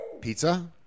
Pizza